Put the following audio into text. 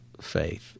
faith